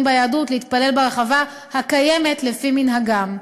ביהדות להתפלל ברחבה הקיימת לפי מנהגם.